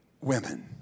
women